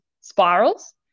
spirals